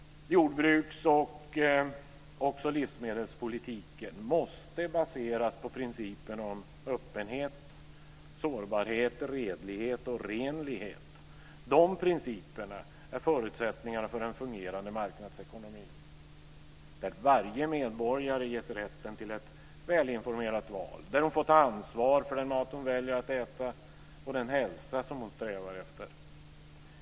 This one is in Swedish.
Jordbruks och livsmedelspolitiken måste baseras på principen om öppenhet, sårbarhet, redlighet och renlighet. De principerna är förutsättningar för en fungerande marknadsekonomi, där varje medborgare ges rätten till att bli väl informerad vid ett val och där de har fått ett ansvar för den mat de väljer att äta och den hälsa som de strävar efter.